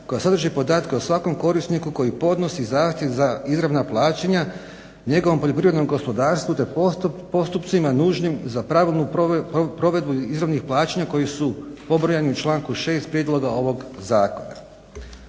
koja sadrži podatke o svakom korisniku koji podnosi zahtjev za izravna plaćanje njegovom poljoprivrednom gospodarstvu te postupcima nužnim za pravilnu provedbu izravnih plaćanja koji su pobrojani u članku 6.prijedloga ovoga zakona.